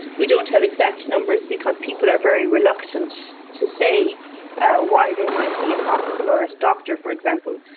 we don't have exact numbers because people are very reluctant to say ah why they might be in hospital or at a doctor, for example,